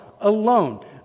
alone